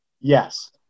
Yes